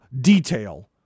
detail